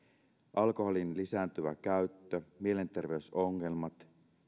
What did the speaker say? alkoholin lisääntyvä käyttö mielenterveysongelmat